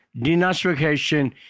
denazification